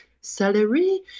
salary